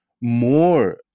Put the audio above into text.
more